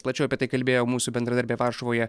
plačiau apie tai kalbėjo mūsų bendradarbė varšuvoje